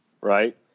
right